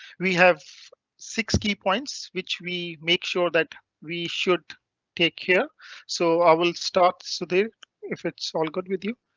we have six key points which we make sure that we should take care so i will start so there if it's all good with you.